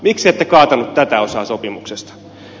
miksi ette kaatanut tätä osaa sopimuksesta